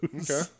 Okay